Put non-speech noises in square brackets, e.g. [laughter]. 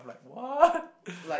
like what [laughs]